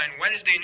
Wednesday